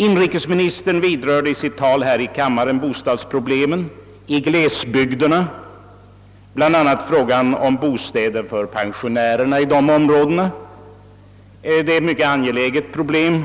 Inrikesministern vidrörde i sitt tal här i kammaren bostadsproblemet i slesbygderna, bl.a. bostäder för pensionärerna i dessa områden. Det är ett mycket angeläget problem,